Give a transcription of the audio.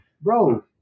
bro